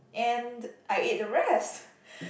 and I ate the rest